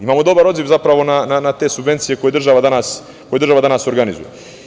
Imamo dobar odziv na te subvencije koje država danas organizuje.